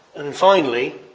and finally,